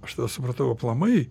aš tada supratau aplamai